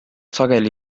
sageli